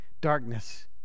Darkness